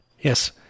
Yes